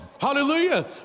Hallelujah